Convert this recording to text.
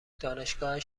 دانشگاهش